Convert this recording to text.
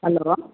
hello